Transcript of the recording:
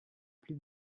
plus